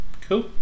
Cool